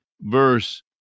verse